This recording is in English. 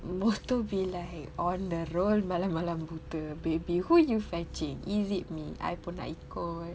motor be like on the road malam malam buta baby who you fetching is it me I pun nak ikut